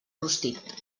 rostit